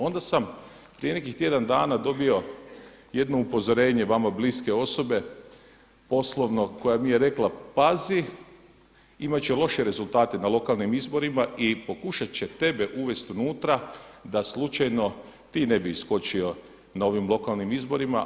Onda sam prije nekih tjedan dana dobio jedno upozorenje vama bliske osobe poslovno koja mi je rekla pazi imati će loše rezultate na lokalnim izborima i pokušati će tebe uvesti unutra da slučajno ti ne bi iskočio na ovim lokalnim izborima.